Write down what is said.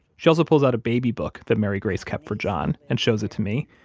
she also pulls out a baby book that mary grace kept for john and shows it to me.